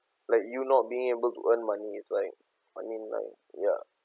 like you not being able to earn money it's like I mean like ya